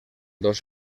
dos